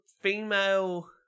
female